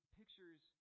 pictures